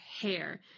hair